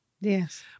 Yes